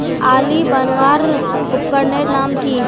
आली बनवार उपकरनेर नाम की?